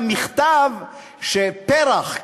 המכתב של פרח,